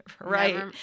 Right